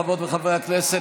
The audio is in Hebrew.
חברות וחברי הכנסת,